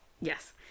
Yes